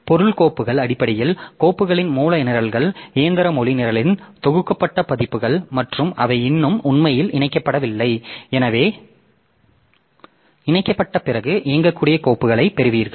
பொருள் கோப்புகள் அடிப்படையில் கோப்புகளின் மூல நிரல்கள் இயந்திர மொழி நிரலின் தொகுக்கப்பட்ட பதிப்புகள் மற்றும் அவை இன்னும் உண்மையில் இணைக்கப்படவில்லை இணைக்கப்பட்ட பிறகு இயங்கக்கூடிய கோப்பைப் பெறுவீர்கள்